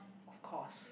of course